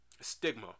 stigma